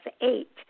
eight